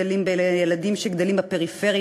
יש פערים שהולכים וגדלים בין הילדים שגדלים בפריפריה